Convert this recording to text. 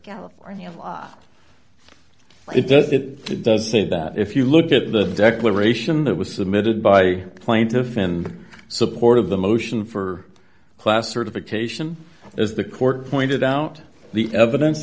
california law it does it does say that if you look at the declaration that was submitted by the plaintiffs in support of the motion for class certification as the court pointed out the evidence